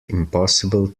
impossible